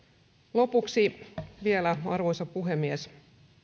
lopuksi vielä arvoisa puhemies